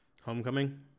Homecoming